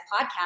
podcast